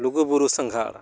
ᱞᱩᱜᱩᱵᱩᱨᱩ ᱥᱟᱸᱜᱷᱟᱨ